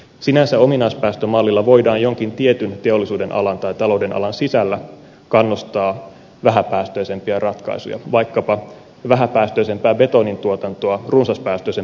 sinänsä ominaispäästömallilla voidaan jonkin tietyn teollisuudenalan tai talouden alan sisällä kannustaa vähäpäästöisempiä ratkaisuja vaikkapa vähäpäästöisempää betonintuotantoa runsaspäästöisen betonintuotannon kustannuksella